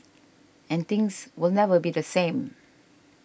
and things will never be the same